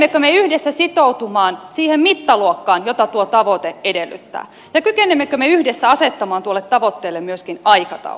kykenemmekö me yhdessä sitoutumaan siihen mittaluokkaan jota tuo tavoite edellyttää ja kykenemmekö me yhdessä asettamaan tuolle tavoitteelle myöskin aikataulun